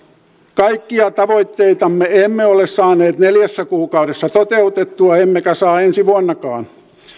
kaikkia tavoitteitamme emme ole saaneet neljässä kuukaudessa toteutettua emmekä saa ensi vuonnakaan